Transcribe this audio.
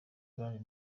brand